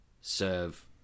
serve